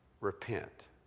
Repent